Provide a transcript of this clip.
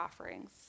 offerings